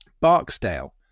Barksdale